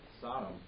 Sodom